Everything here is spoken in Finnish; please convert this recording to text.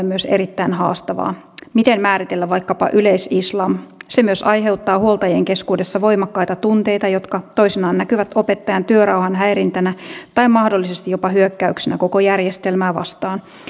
myös opettajalle erittäin haastavaa miten määritellä vaikkapa yleis islam se myös aiheuttaa huoltajien keskuudessa voimakkaita tunteita jotka toisinaan näkyvät opettajan työrauhan häirintänä tai mahdollisesti jopa hyökkäyksenä koko järjestelmää vastaan